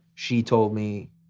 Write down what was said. she told me,